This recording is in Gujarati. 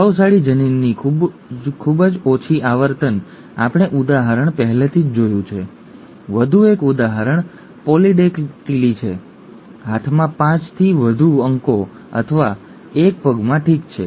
પ્રભાવશાળી જનીનની ખૂબ જ ઓછી આવર્તન આપણે ઉદાહરણ પહેલેથી જ જોયું છે વધુ એક ઉદાહરણ પોલીડેક્ટીલી છે હાથમાં 5 થી વધુ અંકો અથવા એક પગમાં ઠીક છે